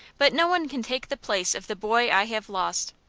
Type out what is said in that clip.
but no one can take the place of the boy i have lost.